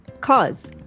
Cause